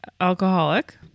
alcoholic